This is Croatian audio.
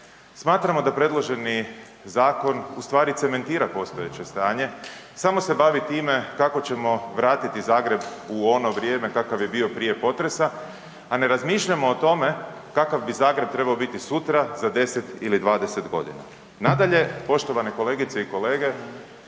smatramo da predloženi zakon ustvari cementira postojeće stanje, samo se bavi time kako ćemo vratiti Zagreb u ono vrijeme kakav je bio prije potresa, a ne razmišlja o tome kakav bi Zagreb trebao biti sutra, za 10 ili 20 godina. Nadalje, poštovane kolegice i kolege,